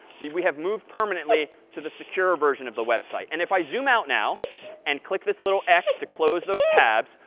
we have moved permanently to the secure version of the website. and if i zoom out now and click this little x to close those tabs,